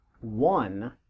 one